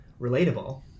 Relatable